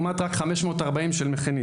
לעומת 540 שעות של מכיניסט.